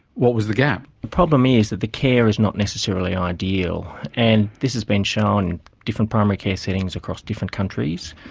what was the gap? the problem is that the care is not necessarily ideal, and this has been shown in different primary care settings across different countries,